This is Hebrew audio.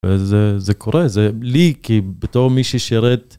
וזה קורה, זה לי כי בתור מי ששירת.